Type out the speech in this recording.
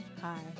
Hi